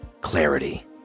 clarity